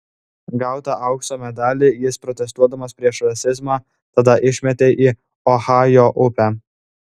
gautą aukso medalį jis protestuodamas prieš rasizmą tada išmetė į ohajo upę